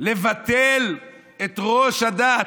לבטל את ראש הדת,